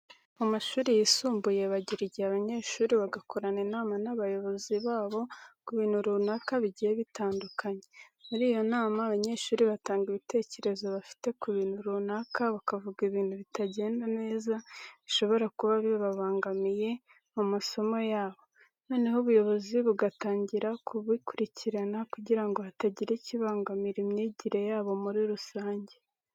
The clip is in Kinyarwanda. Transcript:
Mu mashuri yisumbuye bagira igihe abanyeshuri bagakorana inama n'abayobozi babo ku bintu runaka bigiye bitandukanye. Muri iyo nama abanyeshuri batanga ibitekerezo bafite ku bintu runaka, bakavuga ibintu bitagenda neza bishobora kuba bibangamiye amasomo yabo, noneho ubuyobozi bugatangira bukabikurikirana kugira ngo hatagira ikibangamira imyigire yabo muri rusange.